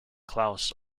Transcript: claus